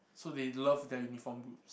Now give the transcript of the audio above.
so they love their uniform groups